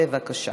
בבקשה.